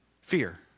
Fear